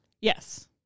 Yes